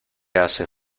hace